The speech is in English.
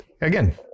again